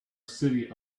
city